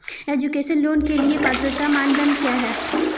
Education loan के लिए पात्रता मानदंड क्या है?